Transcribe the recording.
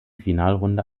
finalrunde